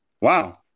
Wow